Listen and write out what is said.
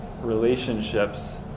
relationships